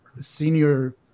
senior